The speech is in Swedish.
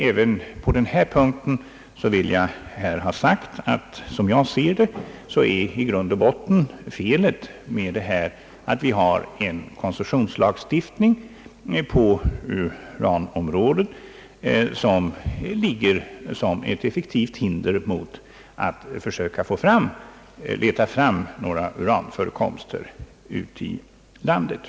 Även på denna punkt vill jag emellertid ha sagt att, som jag ser det, felet i grund och botten är att vi har en sådan koncessionslagstiftning på uranområdet att den ligger som ett effektivt hinder mot att försöka leta fram uranförekomster.